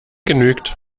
genügt